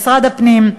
משרד הפנים,